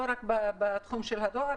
לא רק בתחום של הדואר,